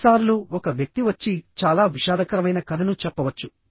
కొన్నిసార్లు ఒక వ్యక్తి వచ్చి చాలా విషాదకరమైన కథను చెప్పవచ్చు